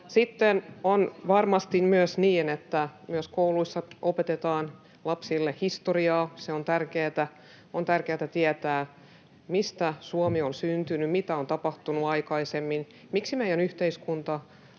Sitten on varmasti myös niin, että myös kouluissa opetetaan lapsille historiaa. Se on tärkeätä. On tärkeätä tietää, mistä Suomi on syntynyt, mitä on tapahtunut aikaisemmin, miksi meidän yhteiskunta